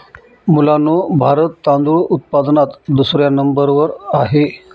मुलांनो भारत तांदूळ उत्पादनात दुसऱ्या नंबर वर आहे